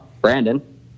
brandon